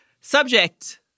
Subject